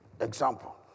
example